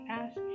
ask